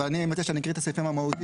אבל מציע שאני אקריא את הסעיפים המהותיים,